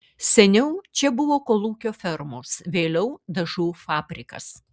seniau čia buvo kolūkio fermos vėliau dažų fabrikas